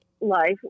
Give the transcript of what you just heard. life